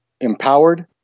empowered